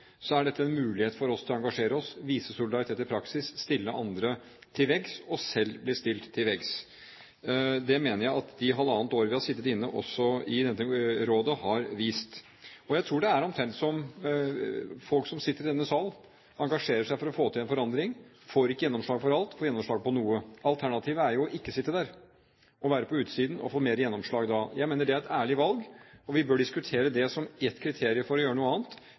er dette en mulighet for oss til å engasjere oss, vise solidaritet i praksis, stille andre til veggs og selv bli stilt til veggs. Det mener jeg at det halvannet året vi har sittet i dette rådet, har vist. Jeg tror det er omtrent slik som folk som sitter i denne salen, opplever det. Man engasjerer seg for å få til forandring, får ikke gjennomslag for alt, får gjennomslag for noe. Alternativet er å ikke sitte der – å være på utsiden og få mer gjennomslag da. Jeg mener det er et ærlig valg, og vi bør diskutere det som ett kriterium for å gjøre noe annet.